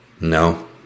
No